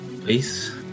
Please